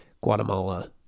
Guatemala